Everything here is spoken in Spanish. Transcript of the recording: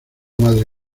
madre